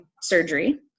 surgery